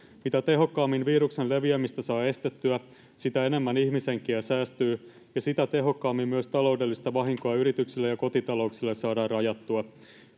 mitä tehokkaammin viruksen leviämistä saa estettyä sitä enemmän ihmishenkiä säästyy ja sitä tehokkaammin myös taloudellista vahinkoa yrityksille ja kotitalouksille saadaan rajattua